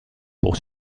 pour